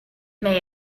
may